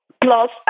Plus